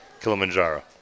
Kilimanjaro